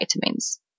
vitamins